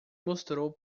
mostrou